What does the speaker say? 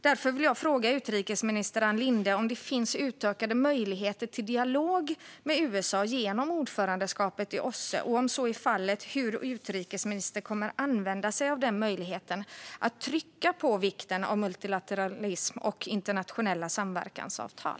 Därför vill jag fråga utrikesminister Ann Linde om det finns utökade möjligheter till dialog med USA genom ordförandeskapet i OSSE och, om så är fallet, hur utrikesministern kommer att använda sig av den möjligheten för att trycka på vikten av multilateralism och internationella samverkansavtal.